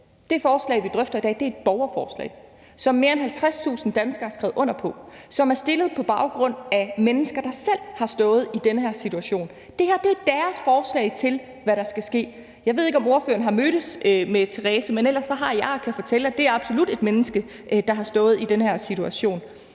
vi drøfter i dag, er et borgerforslag, som mere end 50.000 danskere har skrevet under på; som er stillet på baggrund af mennesker, der selv har stået i den her situation. Det her er deres forslag til, hvad der skal ske. Jeg ved ikke, om ordføreren har mødtes med Therese, men ellers har jeg, og jeg kan fortælle, at det absolut er et menneske, der har stået i den her situation.